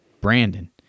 Brandon